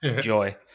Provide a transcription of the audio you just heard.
joy